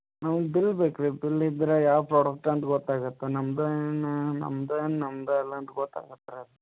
ಹಾಂ ಬಿಲ್ ಬೇಕು ರೀ ಬಿಲ್ ಇದ್ರ ಯಾವ ಪ್ರಾಡಕ್ಟ್ ಅಂತ ಗೊತ್ತಾಗತ್ತೆ ನಮ್ದನ ನಮ್ದ ನಮ್ದು ಅಲ್ಲಿ ಅಂತ ಗೊತ್ತಾಗತ್ತೆ